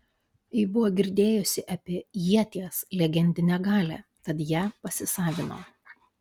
ji buvo girdėjusi apie ieties legendinę galią tad ją pasisavino